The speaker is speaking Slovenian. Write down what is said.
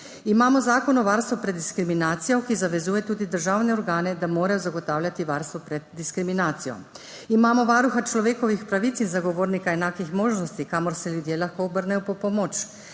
Imamo zakon o varstvu pred diskriminacijo, ki zavezuje tudi državne organe, da morajo zagotavljati varstvo pred diskriminacijo. Imamo varuha človekovih pravic in zagovornika enakih možnosti, kamor se ljudje lahko obrnejo po pomoč.